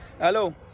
hello